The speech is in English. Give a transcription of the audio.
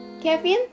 Kevin